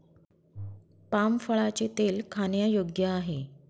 palm फळाचे तेल खाण्यायोग्य आहे